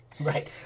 Right